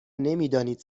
نمیدانید